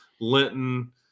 Linton